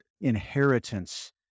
inheritance